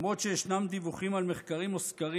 למרות שישנם דיווחים על מחקרים וסקרים